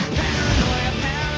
paranoia